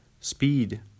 Speed